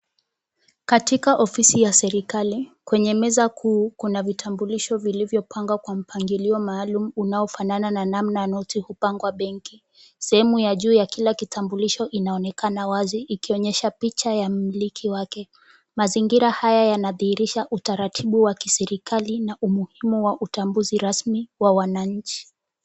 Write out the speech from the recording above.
Katika ofisi ya serikali, kwenye meza kuu kuna vitambulisho vilivyopangwa kwenye mpangilio maalum unaofanana na namna noti kupangwa benki. Sehemu ya juu ya kila kitambulisho inaonekana wazi ikionyesha picha ya mmiliki wake. Mazingira haya yanadhihiridha utaratibu wa kiserikali na umuhimu wa utambuzi rasmi wa wananchi.